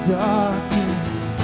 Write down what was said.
darkness